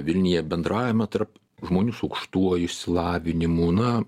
vilniuje bendravimą tarp žmonių su aukštuoju išsilavinimu na